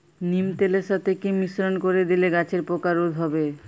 নিম তেলের সাথে কি মিশ্রণ করে দিলে গাছের পোকা রোধ হবে?